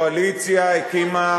לא, אפשר לעשות